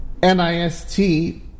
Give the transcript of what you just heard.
NIST